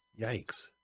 Yikes